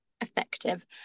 effective